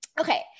okay